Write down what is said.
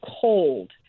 cold